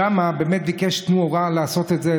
שם באמת ביקש תמורה: לעשות את זה,